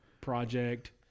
Project